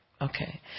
Okay